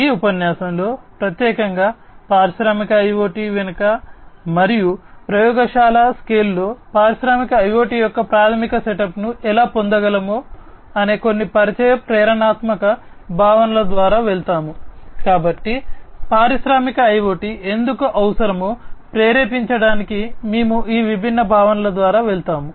ఈ ఉపన్యాసంలో ప్రత్యేకంగా పారిశ్రామిక IoT మేము ఈ విభిన్న భావనల ద్వారా వెళ్తాము